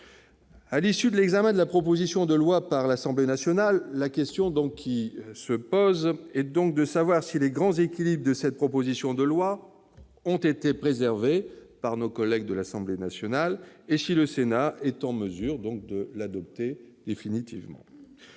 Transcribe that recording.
À l'issue de l'examen de la proposition de loi par l'Assemblée nationale, la question qui se pose est donc de savoir si les grands équilibres de cette proposition de loi ont été préservés par nos collègues députés et si le Sénat est en mesure de l'adopter définitivement.